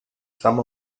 some